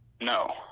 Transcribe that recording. No